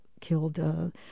killed